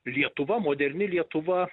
lietuva moderni lietuva